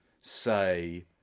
say